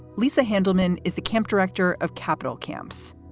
lisa handelman is the camp director of capital camps.